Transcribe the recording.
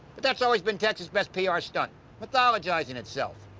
that's always been texas' best pr stunt mythologising itself.